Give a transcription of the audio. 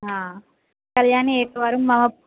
हा कल्याणी एकवारं मम